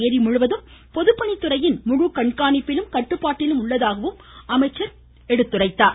ஏரி முழுவதும் பொதுப்பணித்துறையின் முழு கண்காணிப்பிலும் கட்டுப்பாட்டிலும் உள்ளதாகவும் அவர் கூறினார்